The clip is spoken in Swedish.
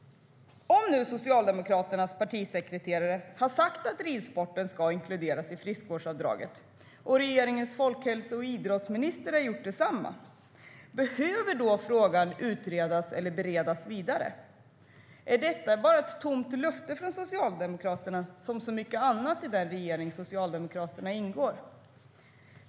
Om Socialdemokraternas partisekreterare har sagt att ridsporten ska inkluderas i friskvårdsavdraget och regeringens folkhälso och idrottsminister sagt detsamma, behöver frågan då utredas eller beredas vidare? Var det bara ett tomt löfte från Socialdemokraterna, som så mycket annat från den regering där Socialdemokraterna ingår?